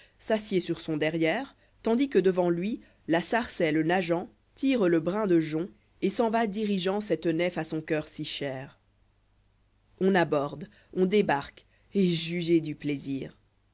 s'assied sur son derrière tandis que devant lui la sarcelle nageant tire le brin de jonc et s'en va dirigeant cette nef à son coeur si chère on aborde on débarque et jugez du plaisir